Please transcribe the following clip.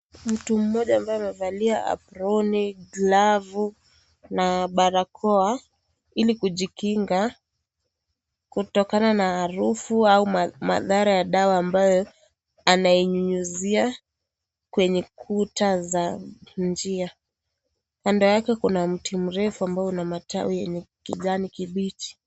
Mtu mmoja ambaye amevalia aproni, glavu na barakoa, ili kujikinga kutokana na harufu au madhara ya dawa ambayo anainyunyizia kwenye kuta za njia. Kando yake kuna mti mrefu ambao una matawi ya kijani kibichi.